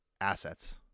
assets